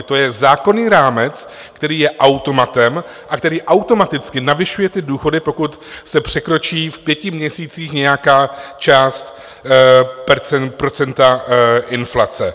To je zákonný rámec, který je automatem a který automaticky navyšuje ty důchody, pokud se překročí v pěti měsících nějaká část procenta inflace.